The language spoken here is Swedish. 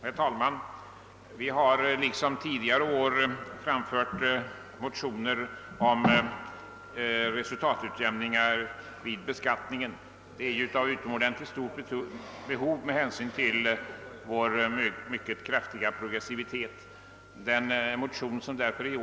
Herr talman! Vi på vårt håll har liksom tidigare år väckt motioner om resultatutjämning vid beskattningen. Det föreligger ett utomordentligt stort behov av en sådan med hänsyn till den mycket kraftiga progressiviteten i skat tesystemet.